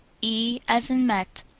e as in met.